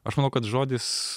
aš manau kad žodis